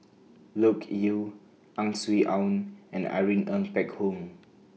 Loke Yew Ang Swee Aun and Irene Ng Phek Hoong